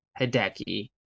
Hideki